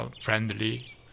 friendly